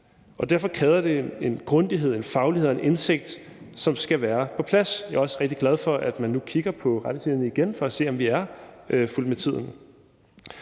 og derfor kræver det en grundighed, en faglighed og en indsigt, som skal være på plads. Jeg er også rigtig glad for, at man nu kigger på retningslinjerne igen for at se, om vi er fulgt med tiden.